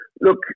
Look